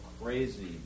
crazy